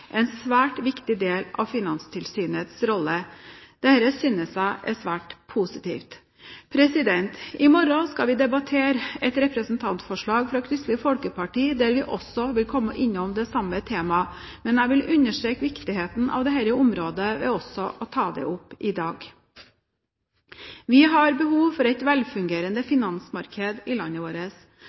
en svært viktig del av Finanstilsynets rolle. Dette synes jeg er svært positivt. I morgen skal vi debattere et representantforslag fra Kristelig Folkeparti, der vi også vil komme innom det samme temaet, men jeg vil understreke viktigheten av dette området ved også å ta det opp i dag. Vi har behov for et velfungerende finansmarked i landet vårt.